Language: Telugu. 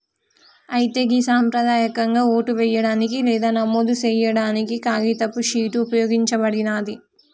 అయితే గి సంప్రదాయకంగా ఓటు వేయడానికి లేదా నమోదు సేయాడానికి కాగితపు షీట్ ఉపయోగించబడినాది